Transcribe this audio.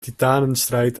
titanenstrijd